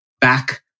back